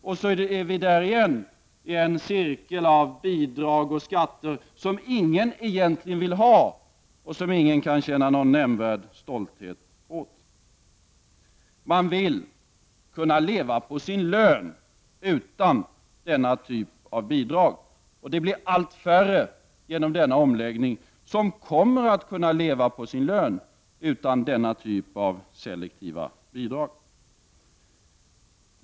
Vi är därmed inne i en cirkel av bidrag och skatter, som ingen egentligen vill ha och som ingen kan känna någon nämnvärd stolthet över. Man vill kunna leva på sin lön utan denna typ av bidrag. Genom denna omläggning blir det allt färre som kommer att kunna leva på sin lön utan denna typ av selektiva bidrag.